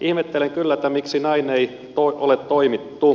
ihmettelen kyllä miksi näin ei ole toimittu